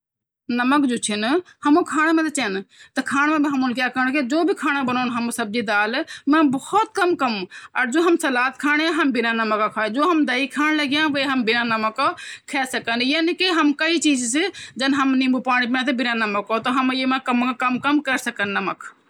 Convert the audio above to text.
डॉल्फिन जु ची वो मनखी ते देखि ते जन मनखी कांड लघु न वो भी वो भी वन ही कंड लगन लघु जन जु मनखी जन कण लघु वो भी वन के भी वन माँ हाव् भाव देखन सबते और वन के जन हम डांस करला तह वो भी डांस लगने, वो हुमते ही देख के जन हम बून्द लगा वो भी वन बून्द की कोशिश कण |